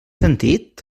sentit